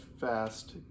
fast